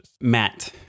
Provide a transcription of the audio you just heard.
Matt